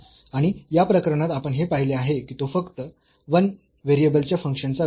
आणि या प्रकरणात आपण हे पाहिले आहे की तो फक्त 1 व्हेरिएबलच्या फंक्शन्सचा विस्तार आहे